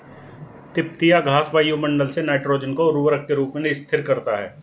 तिपतिया घास वायुमंडल से नाइट्रोजन को उर्वरक के रूप में स्थिर करता है